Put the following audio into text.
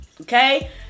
Okay